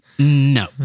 No